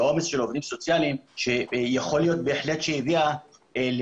בעומס של עובדים סוציאליים שיכול להיות שהגיע באמת